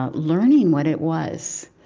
ah learning what it was.